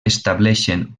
estableixen